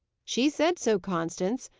she said so, constance.